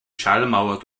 schallmauer